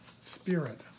Spirit